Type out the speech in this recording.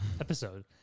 Episode